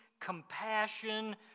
compassion